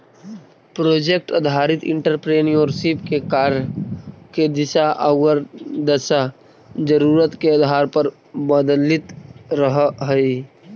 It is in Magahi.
प्रोजेक्ट आधारित एंटरप्रेन्योरशिप के कार्य के दिशा औउर दशा जरूरत के आधार पर बदलित रहऽ हई